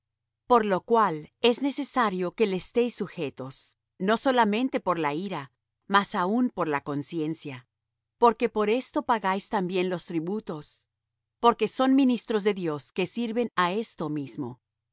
por lo cual es necesario que le estéis sujetos no solamente por la ira mas aun por la conciencia porque por esto pagáis también los tributos porque son ministros de dios que sirven á esto mismo